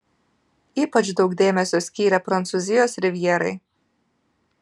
ypač daug dėmesio skyrė prancūzijos rivjerai